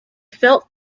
felt